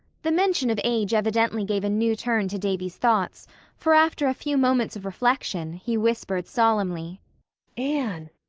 the mention of age evidently gave a new turn to davy's thoughts for after a few moments of reflection, he whispered solemnly anne,